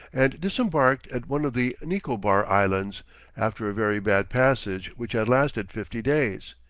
and disembarked at one of the nicobar islands after a very bad passage which had lasted fifty days.